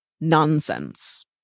nonsense